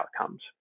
outcomes